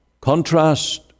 Contrast